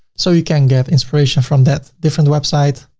so you can get inspiration from that different website,